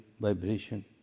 vibration